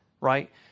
Right